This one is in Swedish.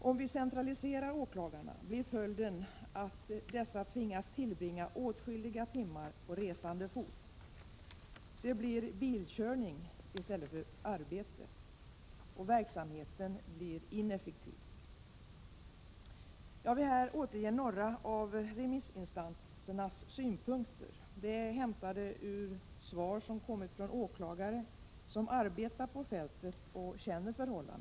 Om vi centraliserar åklagarna blir följden att dessa tvingas tillbringa åtskilliga timmar på resande fot. Det blir bilkörning i stället för arbete. Verksamheten blir ineffektiv. Jag vill återge några av remissinstansernas synpunkter. De är hämtade ur svar som kommit från åklagare som arbetar på fältet och känner förhållandena.